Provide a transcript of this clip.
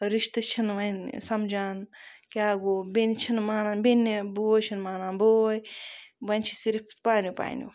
رِشتہٕ چھِنہٕ وۄنۍ سَمجان کیاہ گوو بٮ۪نہِ چھِ نہٕ مانان بینہِ بوے چھُنہٕ مانان بوے وۄنۍ چھُ صِرف پانیو پانیو